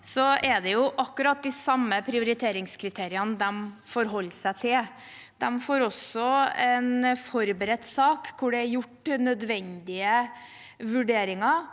Det er akkurat de samme prioriteringskriteriene de forholder seg til. De får også en forberedt sak hvor det er gjort nødvendige vurderinger,